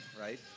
right